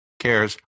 cares